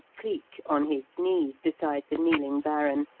cleek, on his knees beside the kneeling baron,